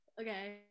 okay